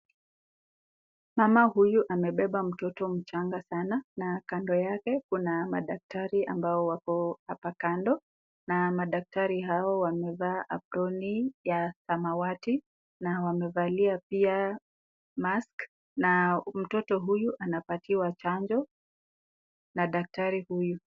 Mama huyu amebeba mtoto mchanga sana, na kando yake kuna madaktari amabo wako hapa kando, na madaktari hao wamevaa aproni samawati na wamevalia pia mask , na mtoto huyu anapatiwa chanjo na daktari huyu.